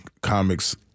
Comics